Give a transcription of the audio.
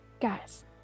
guys